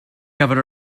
gyfer